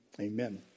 Amen